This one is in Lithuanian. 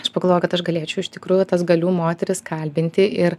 aš pagalvojau kad aš galėčiau iš tikrųjų tas galiu moteris kalbinti ir